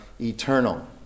eternal